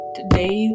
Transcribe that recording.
Today